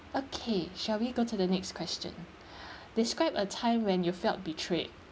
okay shall we go to the next question describe a time when you felt betrayed